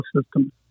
system